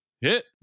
Hit